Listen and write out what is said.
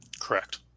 Correct